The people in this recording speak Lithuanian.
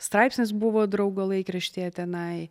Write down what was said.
straipsnis buvo draugo laikraštyje tenai